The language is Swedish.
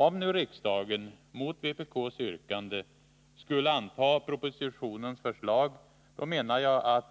Om riksdagen — mot vpk:s yrkande — skulle anta propositionens förslag, då menar jag att